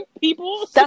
People